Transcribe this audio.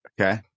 Okay